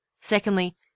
Secondly